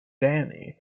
danny